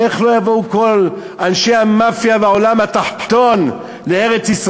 איך לא יבואו כל אנשי המאפיה והעולם התחתון לארץ-ישראל?